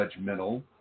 judgmental